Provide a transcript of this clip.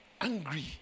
angry